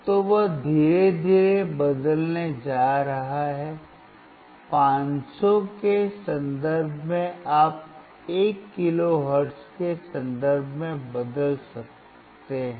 तो वह धीरे धीरे बदलने जा रहा है 500 के संदर्भ में आप 1 किलोहर्ट्ज़ के संदर्भ में बदल सकते हैं